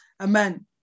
Amen